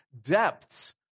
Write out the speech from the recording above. depths